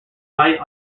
light